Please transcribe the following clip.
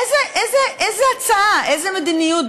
איזו הצעה, איזו מדיניות?